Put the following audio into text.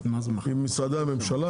עם משרדי הממשלה,